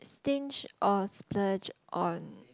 stinge or splurge on